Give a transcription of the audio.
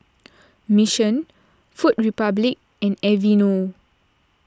Mission Food Republic and Aveeno